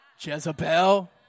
Jezebel